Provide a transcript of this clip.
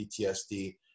PTSD